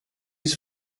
his